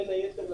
בין היתר,